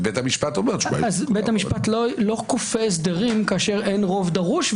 ובית המשפט אומר --- בית המשפט לא כופה הסדרים כאשר אין רוב דרוש,